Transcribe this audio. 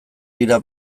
dira